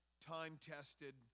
time-tested